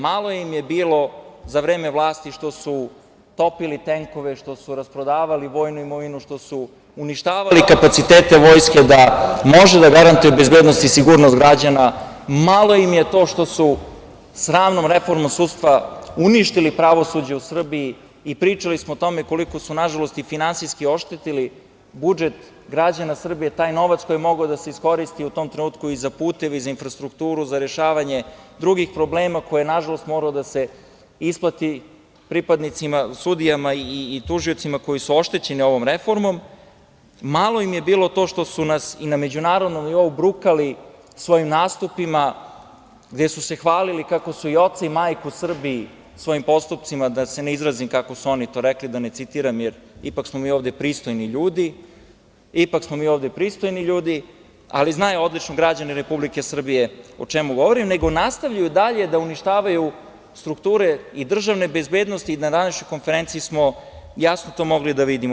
Malo im je bilo za vreme vlasti što su topili tenkove, što su rasprodavali vojnu imovinu, što su uništavali kapacitete vojske da može da garantuje bezbednost i sigurnost građana, malo im je to što su sramnom reformom sudstva uništili pravosuđe u Srbiji i pričali smo o tome koliko su nažalost i finansijski oštetili budžet građana Srbije, taj novac koji je mogao da se iskoristi u tom trenutku i za puteve i za infrastrukturu i za rešavanje drugih problema a koji je nažalost morao da se isplati sudijama i tužiocima koji su oštećeni ovom reformom, malo im je bilo to što su nas i na međunarodnom nivou brukali svojim nastupima, gde su se hvalili kako su i oca i majku Srbiji svojim postupcima, da se ne izrazim kako su oni to rekli, da ne citiram, jer ipak smo mi ovde pristojni ljudi, ali znaju odlično građani Republike Srbije o čemu govorim, nego nastavljaju i dalje da uništavaju strukture i državne bezbednosti, a to smo na današnjoj konferenciji jasno mogli da vidimo.